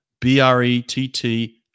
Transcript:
B-R-E-T-T